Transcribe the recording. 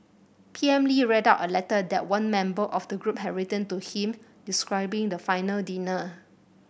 P M Lee read out a letter that one member of the group had written to him describing the final dinner